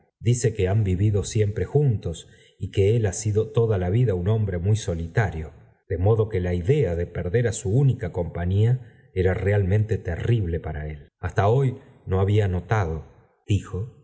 lice que han vivido siempre juntos y que él ha sido toda la vida un hombre muy solitario de modo que la idea de perder á su única compañía era realmente terrible para él hasta hoy no había notado dijo